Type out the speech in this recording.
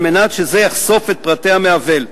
על מנת שזה יחשוף את פרטי המעוול.